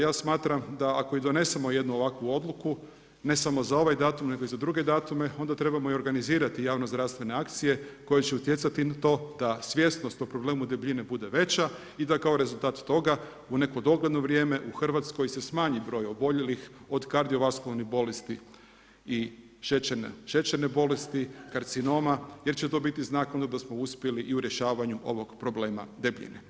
Ja smatram da ako i donesemo ovakvu jednu odluku ne samo za ovaj datum, nego i za druge datume onda trebamo i organizirati javno-zdravstvene akcije koje će utjecati na to da svjesnost o problemu debljine bude veća i da kao rezultat toga u neko dogledno vrijeme u Hrvatskoj se smanji broj oboljelih od kardio vaskularnih bolesti i šećerne bolesti, karcinoma jer će to biti znak onda da smo uspjeli i u rješavanju ovog problema debljine.